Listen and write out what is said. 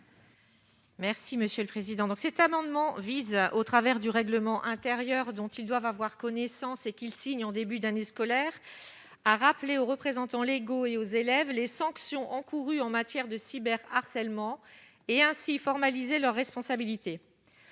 Merci monsieur le président, donc, cet amendement vise, au travers du règlement intérieur dont ils doivent avoir connaissance et qu'il signe en début d'année scolaire à rappelé aux représentants légaux et aux élèves les sanctions encourues en matière de cyber harcèlement et ainsi formalisé leurs responsabilités